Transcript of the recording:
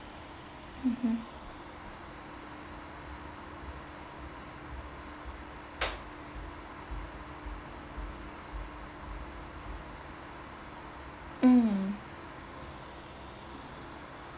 mmhmm mm